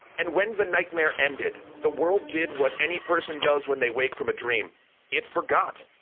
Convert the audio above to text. and when the nightmare ended, the world did what any person does when they wake from a dream it forgot!